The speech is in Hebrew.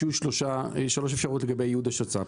שלוש אפשרויות לגבי ייעוד השצ"פ.